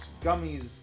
gummies